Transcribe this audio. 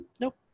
Nope